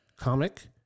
comic